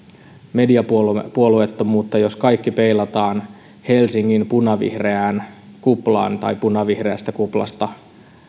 mediapuolueettomuuttamme jos kaikki peilataan helsingin punavihreään kuplaan tai punavihreästä kuplasta